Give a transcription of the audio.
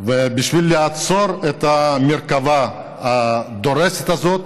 ובשביל לעצור את המרכבה הדורסת הזאת